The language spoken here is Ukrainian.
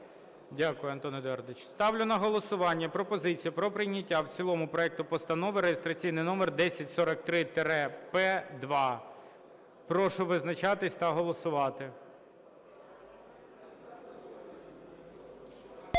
Дякую, Антон Едуардович. Ставлю на голосування пропозицію про прийняття в цілому проекту Постанови реєстраційний номер 1043-П2. Прошу визначатись та голосувати.